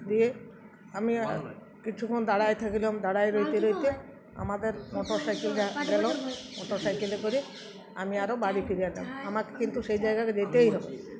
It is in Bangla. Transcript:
দিয়ে আমি কিছুক্ষণ দাঁড়ায় থাকলাম দাঁড়াই রইতে রইতে আমাদের মোটর সাইকেল দেখা গেল মোটর সাইকেলে করে আমি আরও বাড়ি ফিরে গেলাম আমাকে কিন্তু সেই জায়গাকে যেতেই হবে